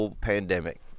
Pandemic